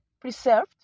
preserved